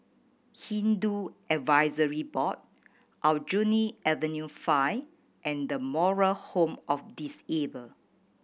Hindu Advisory Board Aljunied Avenue Five and The Moral Home of Disabled